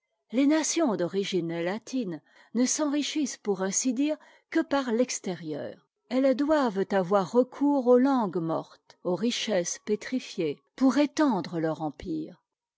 les nation d'origine latine ne s'enrichissent pour ainsi dire que par l'extérieur elles doivent avoir recours aux langues mortes aux richesses pétrifiées pour étendre leur empire